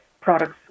products